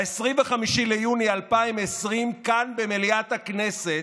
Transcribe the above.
ב-25 ביוני 2020, כאן, במליאת הכנסת,